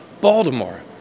Baltimore